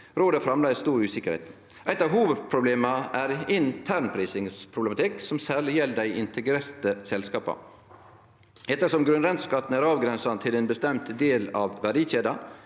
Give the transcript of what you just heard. det framleis stor usikkerheit. Eit av hovudproblema er internprisingsproblematikk, som særleg gjeld dei integrerte selskapa. Ettersom grunnrenteskatten er avgrensa til ein bestemt del av verdikjeda,